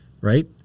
right